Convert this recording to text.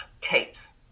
tapes